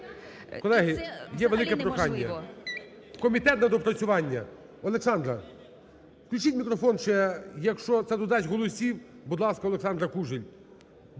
Колеги, є велике прохання, в комітет на доопрацювання. Олександра! Включіть мікрофон ще, якщо це додасть голосів, будь ласка, Олександра Кужель.